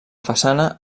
façana